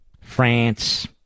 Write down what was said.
France